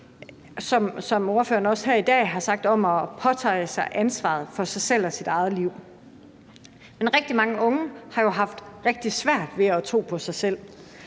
hvad ordføreren også her i dag har talt om, altså at påtage sig ansvaret for sig selv og sit eget liv. Rigtig mange unge har jo haft rigtig svært ved at tro på sig selv.